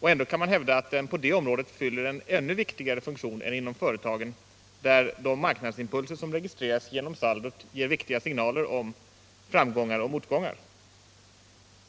Ändå kan man hävda att den på det området fyller en ännu viktigare funktion än inom företagen, där de marknadsimpulser som registreras genom saldot ger signaler om framgångar och motgångar.